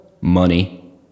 Money